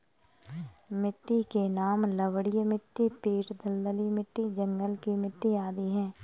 मिट्टी के नाम लवणीय मिट्टी, पीट दलदली मिट्टी, जंगल की मिट्टी आदि है